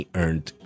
earned